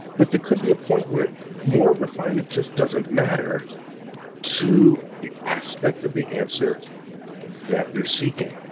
but there could be a point where more refinement just doesn't matter to the aspect of the answer that you're seeking.